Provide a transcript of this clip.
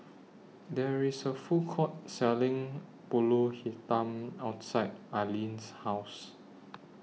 There IS A Food Court Selling Pulut Hitam outside Alleen's House